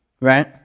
right